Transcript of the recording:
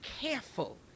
careful